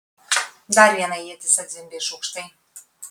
dar viena ietis atzvimbė iš aukštai